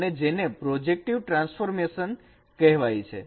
અને જેને projective transformation કહેવાય છે